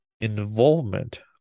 involvement